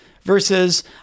versus